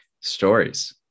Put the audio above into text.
Stories